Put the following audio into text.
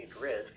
risk